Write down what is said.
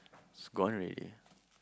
it's gone already